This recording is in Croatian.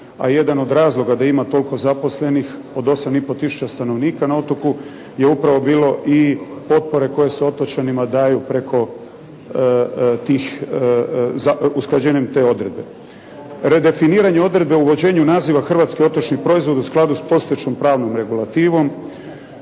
A jedan od razloga da ima toliko zaposlenih od 8 i po tisuća stanovnika na otoku je upravo bilo i potpore koje se otočanima daju preko tih, usklađenjem te odredbe. Redefiniranje Odredbe o … /Govornik se ne razumije./ … naziva hrvatskih otočnih proizvoda u skladu s postojećom pravnom regulativom,